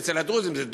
ואצל הדרוזים זה דרוזי,